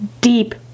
deep